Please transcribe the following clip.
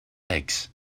legs